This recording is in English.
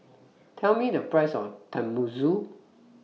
Tell Me The Price of Tenmusu